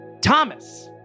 Thomas